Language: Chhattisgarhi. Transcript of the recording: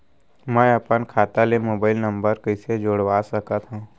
मैं अपन खाता ले मोबाइल नम्बर कइसे जोड़वा सकत हव?